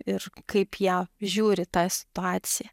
ir kaip ją žiūri tą situaciją